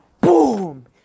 boom